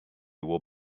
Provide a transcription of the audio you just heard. will